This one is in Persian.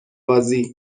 بازی